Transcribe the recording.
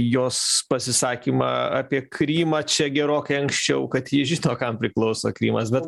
jos pasisakymą apie krymą čia gerokai anksčiau kad ji žino kam priklauso krymas bet